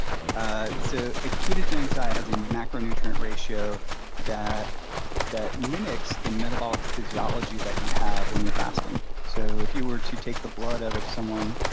ah so a ketogenic diet has a macronutrient ratio that that mimics the metabolic physiology that you have when you're fasting. so, if you were to take the blood out of someone,